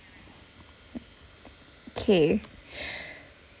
okay